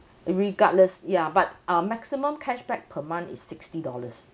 regardless ya but um maximum cashback per month is sixty dollars